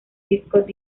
disco